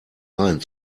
reihen